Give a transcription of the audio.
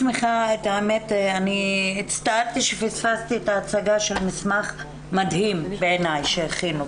אני הצטערתי שפספסתי את ההצגה של המסמך המדהים בעיני שהכינו.